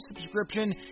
subscription